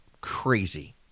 crazy